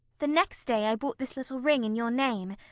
the next day i bought this little ring in your name,